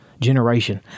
generation